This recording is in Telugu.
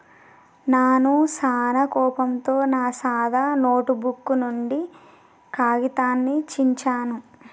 నాను సానా కోపంతో నా సాదా నోటుబుక్ నుండి కాగితాన్ని చించాను